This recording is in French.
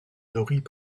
nourrit